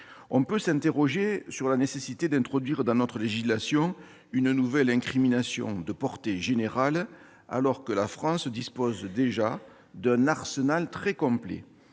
On peut s'interroger sur la nécessité d'introduire dans notre législation une nouvelle incrimination, de portée générale, alors que la France dispose déjà d'un arsenal très complet.